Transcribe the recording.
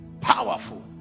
Powerful